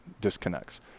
disconnects